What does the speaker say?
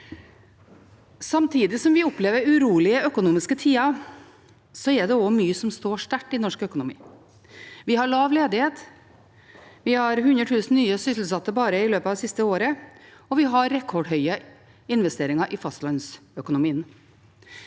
Samtidig som vi opplever urolige økonomiske tider, er det også mye som står sterkt i norsk økonomi. Vi har lav ledighet. Vi har 100 000 nye sysselsatte bare i løpet av det siste året, og vi har rekordhøye investeringer i fastlandsøkonomien.